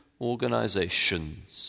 organizations